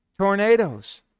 Tornadoes